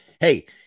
Hey